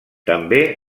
també